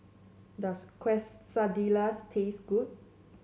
does Quesadillas taste good